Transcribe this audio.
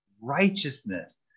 righteousness